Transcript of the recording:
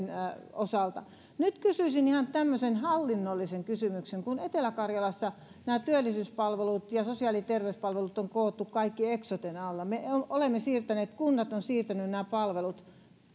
osalta nyt kysyisin ihan tämmöisen hallinnollisen kysymyksen etelä karjalassa nämä työllisyyspalvelut ja sosiaali ja terveyspalvelut on koottu kaikki eksoten alle me olemme siirtäneet kunnat ovat siirtäneet nämä palvelut